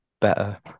better